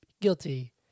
guilty